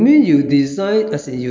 三四十千